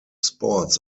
sports